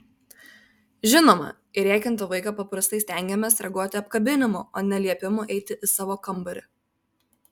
žinoma į rėkiantį vaiką paprastai stengiamės reaguoti apkabinimu o ne liepimu eiti į savo kambarį